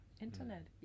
Internet